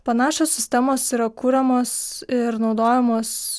panašios sistemos yra kuriamos ir naudojamos